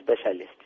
specialist